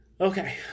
Okay